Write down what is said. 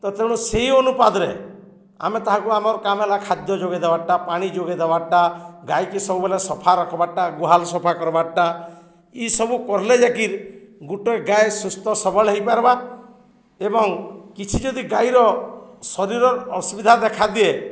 ତ ତେଣୁ ସେଇ ଅନୁପାଦରେ ଆମେ ତାହାକୁ ଆମର କାମ ହେଲା ଖାଦ୍ୟ ଯୋଗେଇ ଦେବାର୍ଟା ପାଣି ଯୋଗେଇ ଦେବାର୍ଟା ଗାଈକି ସବୁବେଲେ ସଫା ରଖ୍ବାର୍ଟା ଗୁହାଲ ସଫା କର୍ବାରଟା ଇସବୁ କରଲେ ଯେକିର୍ ଗୁଟେ ଗାଏ ସୁସ୍ଥ ସବଳ ହୋଇପାର୍ବା ଏବଂ କିଛି ଯଦି ଗାଈର ଶରୀରର ଅସୁବିଧା ଦେଖାଦିଏ